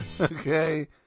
Okay